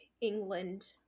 England